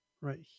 right